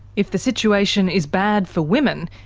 if the situation is bad for women,